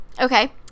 Okay